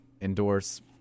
endorse